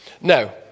Now